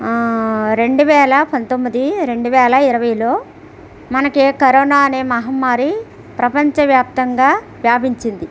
రెండు వేల పంతొమ్మిది రెండువేల ఇరవైలో మనకి కరోనా అనే మహమ్మారి ప్రపంచ వ్యాప్తంగా వ్యాపించింది